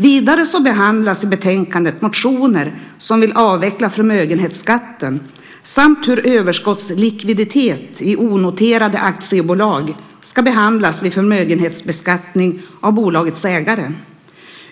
Vidare behandlas i betänkandet motioner där man vill avveckla förmögenhetsskatten samt undersöka hur överskottslikviditet i onoterade aktiebolag ska behandlas vid förmögenhetsbeskattning av bolagets ägare.